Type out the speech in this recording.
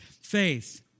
Faith